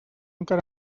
encara